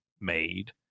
made